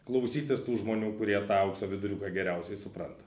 klausytis tų žmonių kurie tą aukso viduriuką geriausiai supranta